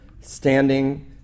standing